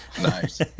Nice